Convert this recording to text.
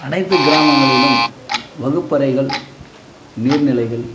அனைத்து கிராமங்களிலும் வகுப்பறைகள் நீர் நிலைகள்